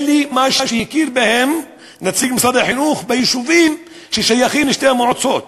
אלה מי שהכיר בהם נציג משרד החינוך ביישובים ששייכים לשתי המועצות,